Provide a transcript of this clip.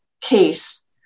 case